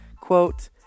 quote